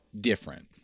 different